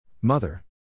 Mother